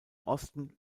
osten